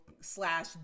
slash